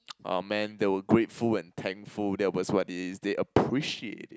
oh man they were grateful and thankful that was what it is they appreciate it